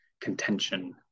contention